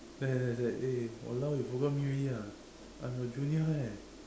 then then after that eh !walao! you forgot me already ah I'm your junior eh